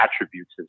attributes